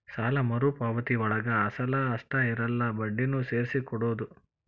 ಸಾಲ ಮರುಪಾವತಿಯೊಳಗ ಅಸಲ ಅಷ್ಟ ಇರಲ್ಲ ಬಡ್ಡಿನೂ ಸೇರ್ಸಿ ಕೊಡೋದ್